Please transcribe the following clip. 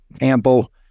ample